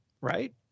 Right